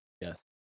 Yes